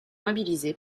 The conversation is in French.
mobilisé